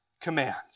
commands